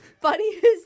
funniest